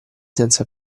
senza